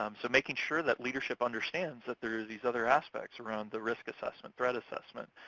um so making sure that leadership understands that there are these other aspects around the risk assessment, threat assessment,